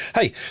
Hey